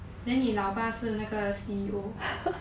then 你老爸是那个 C_E_O